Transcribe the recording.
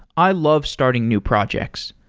i love starting new projects,